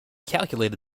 calculated